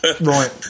right